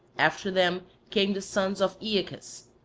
after them came the sons of aeacus,